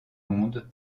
monde